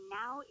now